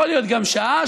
יכול להיות גם שעה,